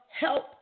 help